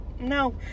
no